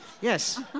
Yes